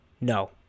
No